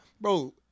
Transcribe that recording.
bro